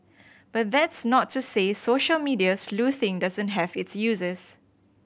but that's not to say social media sleuthing doesn't have its uses